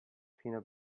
peanut